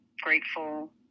grateful